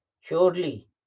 surely